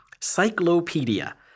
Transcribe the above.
Cyclopedia